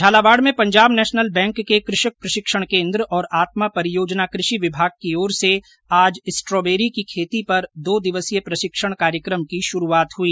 झालावाड़ में Punjab national bank के कृषक प्रशिक्षण केन्द्र और आत्मा परियोजना कृषि विभाग की ओर से आज स्ट्रॉबेरी के खेती पर दो दिवसीय प्रशिक्षण कार्यक्रम की शुरूआत हुई